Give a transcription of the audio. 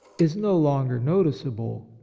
is no longer noticeable.